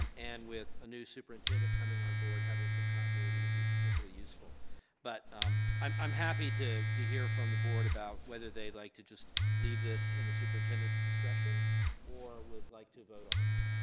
um and with a new superintendent coming on board having some continuity would be particularly useful but i'm i'm happy to to hear from the board about whether they'd like to just leave this in the superintendent's discretion or would like to vote on the matter.